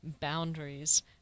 boundaries